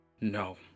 no